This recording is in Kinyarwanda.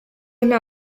nta